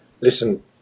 Listen